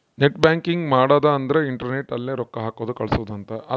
net banking ಮಾಡದ ಅಂದ್ರೆ internet ಅಲ್ಲೆ ರೊಕ್ಕ ಹಾಕೋದು ಕಳ್ಸೋದು ಅಂತ